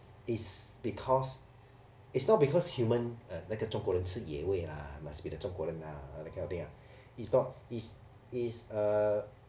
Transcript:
is because it's not because human 那个中国人吃野味 lah must be the 中国人 lah that kind of thing ah is not is is uh